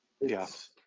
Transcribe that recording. Yes